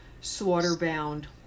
slaughter-bound